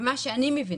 ממה שאני מבינה,